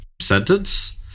sentence